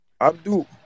Abdul